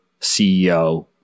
CEO